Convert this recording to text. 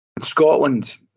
Scotland